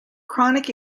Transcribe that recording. chronic